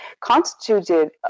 constituted